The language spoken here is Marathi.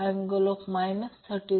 69 म्हणून I1120∠0Zin120∠010